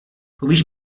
povíš